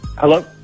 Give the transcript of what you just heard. hello